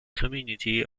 community